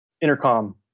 intercom